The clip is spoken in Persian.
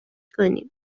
کنیم